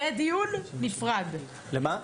למה?